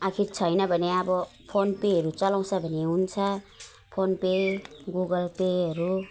आखिर छैन भने अब फोनपेहरू चलाउँछ भने हुन्छ फोन पे गुगलपेहरू